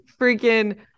freaking